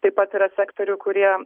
taip pat yra sektorių kurie